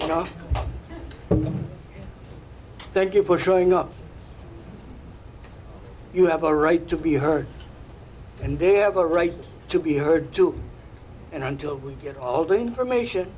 you know thank you for showing up you have a right to be heard and they have a right to be heard to and until we get all the information